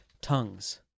tongues